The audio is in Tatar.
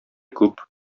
күп